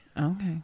Okay